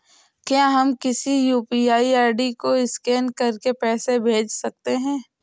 क्या हम किसी यू.पी.आई आई.डी को स्कैन करके पैसे भेज सकते हैं?